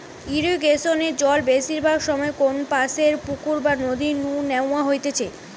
ইরিগেশনে জল বেশিরভাগ সময় কোনপাশের পুকুর বা নদী নু ন্যাওয়া হইতেছে